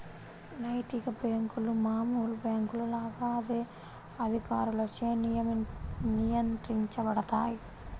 నైతిక బ్యేంకులు మామూలు బ్యేంకుల లాగా అదే అధికారులచే నియంత్రించబడతాయి